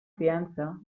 criança